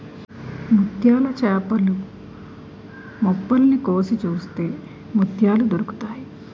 ముత్యాల చేపలు మొప్పల్ని కోసి చూస్తే ముత్యాలు దొరుకుతాయి